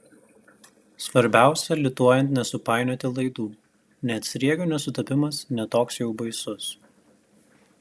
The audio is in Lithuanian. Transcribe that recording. svarbiausia lituojant nesupainioti laidų net sriegio nesutapimas ne toks jau baisus